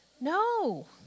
No